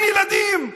אין ילדים?